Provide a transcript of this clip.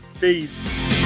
peace